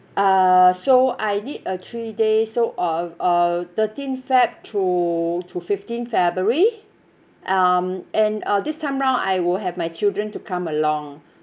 uh so I need a three days so of of thirteen feb to to fifteen february um and uh this time round I will have my children to come along